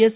S